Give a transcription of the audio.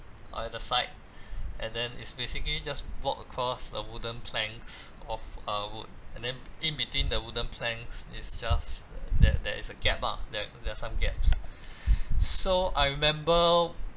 uh at the side and then it's basically just walk across the wooden planks of uh wood and then in between the wooden planks it's just there there is a gap ah there there are some gaps so I remember